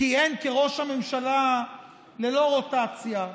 כיהן כראש הממשלה ללא רוטציה,